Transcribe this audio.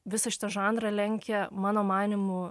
visą šitą žanrą lenkia mano manymu